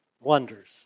wonders